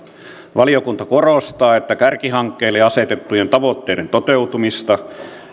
valiokunta korostaa että kärkihankkeille asetettujen tavoitteiden toteutumista